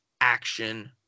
action